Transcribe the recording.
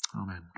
Amen